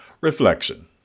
Reflection